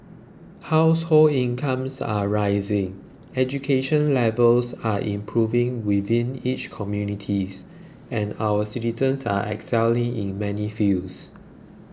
household incomes are rising education levels are improving within each communities and our citizens are excelling in many fields